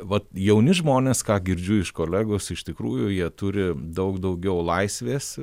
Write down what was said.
vat jauni žmonės ką girdžiu iš kolegos iš tikrųjų jie turi daug daugiau laisvės